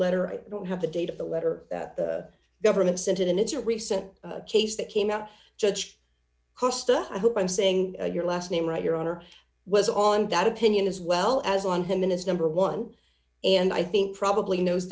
letter i don't have the date of the letter the government sent it and it's a recent case that came out judge costa i hope i'm saying your last name right your honor was on that opinion as well as on him in his number one and i think probably knows